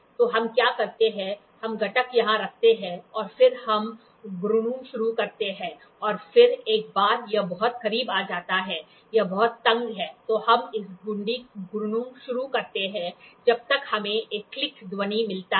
तो हम क्या करते हैं हम घटक यहाँ रखते हैं और फिर हम घूर्णन शुरू करते हैं और फिर एक बार यह बहुत करीब आ जाता है यह बहुत तंग है तो हम इस घुंडी घूर्णन शुरू करते हैं जब तक हमें एक क्लिक ध्वनि मिलता है